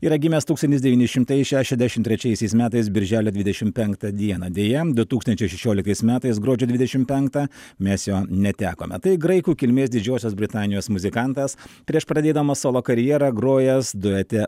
yra gimęs tūkstantis devyni šimtai šešiasdešimt trečiaisiais metais birželio dvidešimt penktą dieną deja du tūkstančiai šešioliktais metais gruodžio dvidešimt penktą mes jo netekome tai graikų kilmės didžiosios britanijos muzikantas prieš pradėdamas solo karjerą grojęs duete